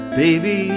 baby